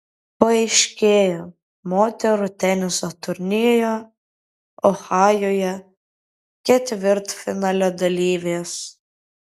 paaiškėjo moterų teniso turnyro ohajuje ketvirtfinalio dalyvės